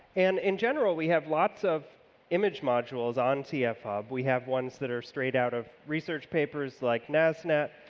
and in general, we have lots of image modules on tf hub, we have ones that are straight out of research papers like nasnet,